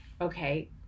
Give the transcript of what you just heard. okay